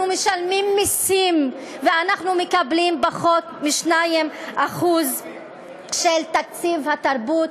אנחנו משלמים מסים ואנחנו מקבלים פחות מ-2% של תקציב התרבות,